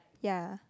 ya